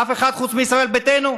אף אחד חוץ מישראל ביתנו?